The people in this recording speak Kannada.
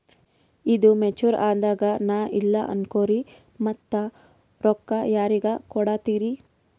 ಈದು ಮೆಚುರ್ ಅದಾಗ ನಾ ಇಲ್ಲ ಅನಕೊರಿ ಮತ್ತ ರೊಕ್ಕ ಯಾರಿಗ ಕೊಡತಿರಿ?